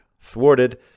thwarted